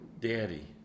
Daddy